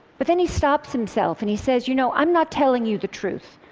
but then he stops himself and he says, you know, i'm not telling you the truth.